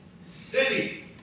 city